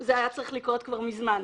זה היה צריך לקרות כבר מזמן.